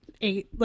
eight